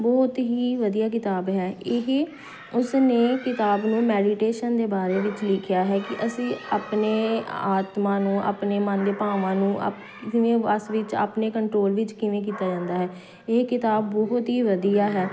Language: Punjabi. ਬਹੁਤ ਹੀ ਵਧੀਆ ਕਿਤਾਬ ਹੈ ਇਹ ਉਸ ਨੇ ਕਿਤਾਬ ਨੂੰ ਮੈਡੀਟੇਸ਼ਨ ਦੇ ਬਾਰੇ ਵਿੱਚ ਲਿਖਿਆ ਹੈ ਕਿ ਅਸੀਂ ਆਪਣੇ ਆਤਮਾ ਨੂੰ ਆਪਣੇ ਮਨ ਦੇ ਭਾਵਾਂ ਨੂੰ ਆਪਣੇ ਵੱਸ ਵਿੱਚ ਆਪਣੇ ਕੰਟਰੋਲ ਵਿੱਚ ਕਿਵੇਂ ਕੀਤਾ ਜਾਂਦਾ ਹੈ ਇਹ ਕਿਤਾਬ ਬਹੁਤ ਹੀ ਵਧੀਆ ਹੈ